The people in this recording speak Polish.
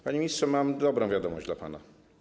Panie ministrze, mam dobrą wiadomość dla pana.